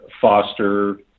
foster